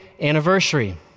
anniversary